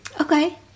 Okay